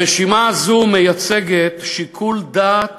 הרשימה הזאת מייצגת שיקול דעת